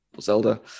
Zelda